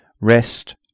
rest